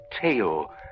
tail